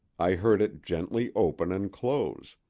i heard it gently open and close,